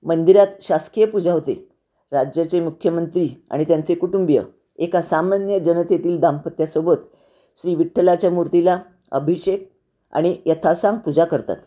मंदिरात शासकीय पूजा होते राज्याचे मुख्यमंत्री आणि त्यांचे कुटुंबीय एका सामान्य जनतेतील दाम्पत्यासोबत श्री विठ्ठलाच्या मूर्तीला अभिषेक आणि यथाासांग पूजा करतात